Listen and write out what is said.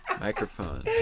microphone